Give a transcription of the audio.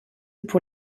pour